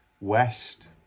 west